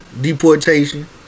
deportation